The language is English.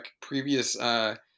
previous –